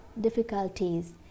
difficulties